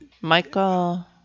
Michael